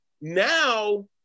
Now